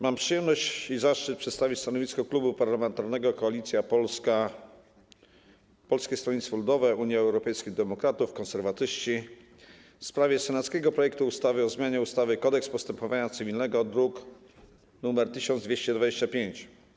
Mam przyjemność i zaszczyt przedstawić stanowisko Klubu Parlamentarnego Koalicja Polska - Polskie Stronnictwo Ludowe, Unia Europejskich Demokratów, Konserwatyści w sprawie senackiego projektu ustawy o zmianie ustawy - Kodeks postępowania cywilnego, druk nr 1225.